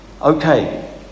Okay